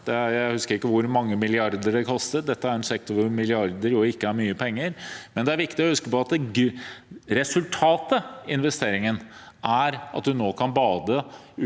Jeg husker ikke hvor mange milliarder det kostet, dette er en sektor hvor milliarder jo ikke er mye penger. Men det er viktig å huske på at resultatet av investeringen er at en nå kan bade